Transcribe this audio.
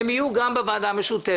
והן יהיו גם בוועדה המשותפת.